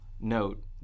note